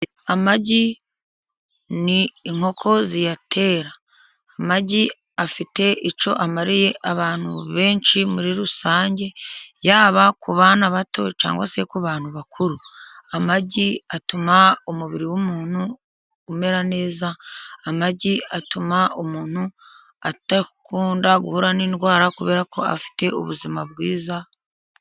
Amagi ni inkoko ziyatera. Amagi afite icYo amariye abantu benshi muri rusange, yaba ku bana bato cyangwa se ku bantu bakuru. Amagi atuma umubiri w'umuntu umera neza, amagi atuma umuntu adakunda guhura n'indwara, kubera ko afite ubuzima bwiza.